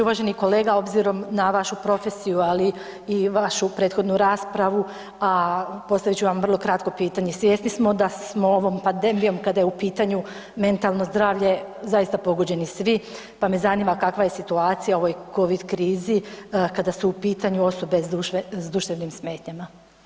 Uvaženi kolega obzirom na vašu profesiju, ali i vašu prethodnu raspravu, a postavit ću vam vrlo kratko pitanje, svjesni smo da smo ovom pandemijom kada je u pitanju mentalno zdravlje zaista pogođeni svi, pa me zanima kakva je situacija u ovoj Covid krizi kada su u pitanju osobe s duševnim smetnjama.